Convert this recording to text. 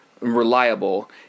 reliable